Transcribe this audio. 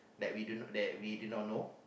that we do not that we do not know